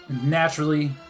naturally